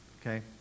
Okay